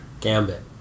Gambit